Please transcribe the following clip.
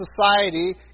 society